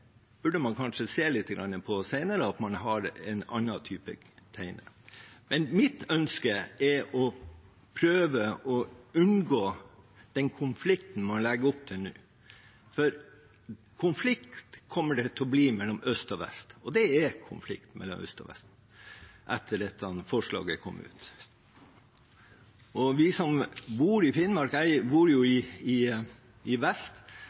burde man kanskje se litt på senere, at man har en annen type teine. Mitt ønske er å prøve å unngå den konflikten man legger opp til nå, for konflikt kommer det til å bli mellom øst og vest. Og det er konflikt mellom øst og vest etter at dette forslaget kom. Jeg bor vest i Finnmark. Jeg snakket så vidt med Reiten om dette. Han sier til meg: Men du skal jo